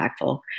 impactful